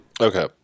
Okay